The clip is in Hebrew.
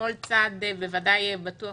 כאשר כל צעד בוודאי בטוח